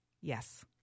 Yes